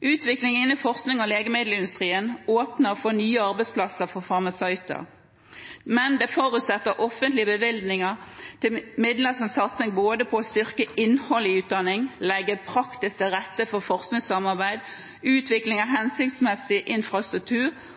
Utvikling innen forskning og legemiddelindustri åpner for nye arbeidsplasser for farmasøyter. Men det forutsetter at det offentlige bevilger midler til satsing både på å styrke innholdet i utdanningen, legge praktisk til rette for forskningssamarbeid, utvikling av hensiktsmessig infrastruktur